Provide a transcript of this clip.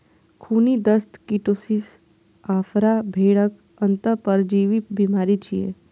खूनी दस्त, कीटोसिस, आफरा भेड़क अंतः परजीवी बीमारी छियै